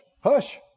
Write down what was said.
Hush